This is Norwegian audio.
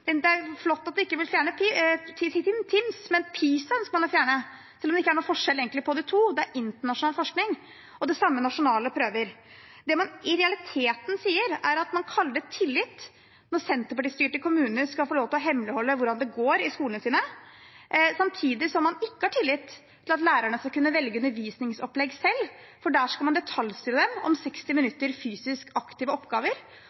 Det er flott at de ikke vil fjerne TIMSS, men PISA ønsker man å fjerne, selv om det egentlig ikke er noen forskjell på de to, det er internasjonal forskning og de samme nasjonale prøver. Det man i realiteten sier, er at man kaller det tillit når Senterparti-styrte kommuner skal få lov til å hemmeligholde hvordan det går i skolene deres, samtidig som man ikke har tillit til at lærerne skal kunne velge undervisningsopplegg selv, for der skal man detaljstyre dem om 60 minutter fysisk aktive oppgaver,